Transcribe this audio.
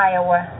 Iowa